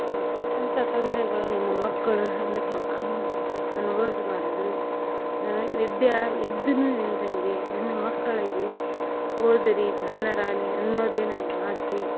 ನಾ ಪಟ್ಟಂಥ ತೊಂದರೆಗಳು ನನ್ನ ಮಕ್ಕಳು ಅನಸ್ ಅನು ಅನುಭವ್ಸ್ಬಾರದು ನನಗೆ ವಿದ್ಯ ಇದ್ದುನು ಇಲ್ದಂಗೆ ನನ್ನ ಮಕ್ಕಳಿಗೆ ಓದರೀ ಜಾಣರಾಗಲಿ ಅನ್ನೋದೇ ನನ್ನ ಆಸೆ